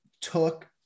took